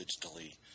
digitally